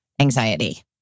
anxiety